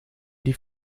die